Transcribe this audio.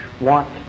want